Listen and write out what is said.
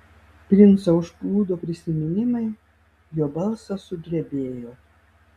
princą užplūdo prisiminimai jo balsas sudrebėjo